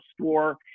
store